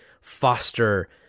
foster